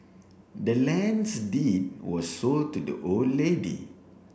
the land's deed was sold to the old lady